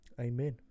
Amen